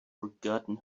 forgotten